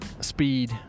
speed